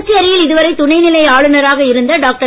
புதுச்சேரியில் இதுவரை துணைநிலை ஆளுனராக இருந்த டாக்டர்